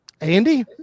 Andy